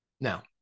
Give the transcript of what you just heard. Now